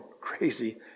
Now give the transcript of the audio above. crazy